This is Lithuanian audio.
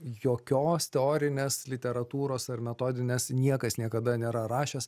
jokios teorinės literatūros ar metodinės niekas niekada nėra rašęs